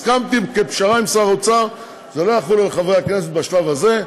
הסכמתי כפשרה עם שר האוצר שזה לא יחול על חברי הכנסת בשלב הזה,